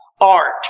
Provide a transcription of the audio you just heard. Art